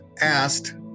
asked